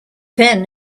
then